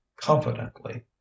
confidently